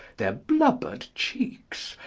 their blubber'd cheeks,